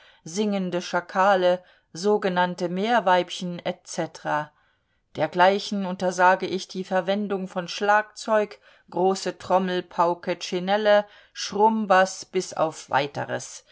singende schakale sogenannte meerweibchen etc dergleichen untersage ich die verwendung von schlagzeug große trommel pauke tschinelle schrummbaß bis auf weiteres